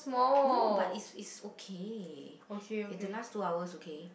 no but is is okay we have to last two hours okay